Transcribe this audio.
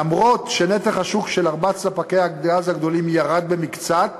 אומנם נתח השוק של ארבעת ספקי הגז הגדולים ירד במקצת,